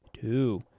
two